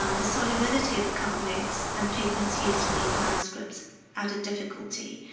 um the solubility of the carbonates and pigments used in these manuscripts added difficulty,